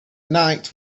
night